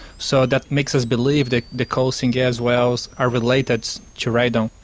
so that makes us believe that the coal seam gas wells are related to radon.